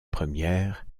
première